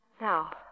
Now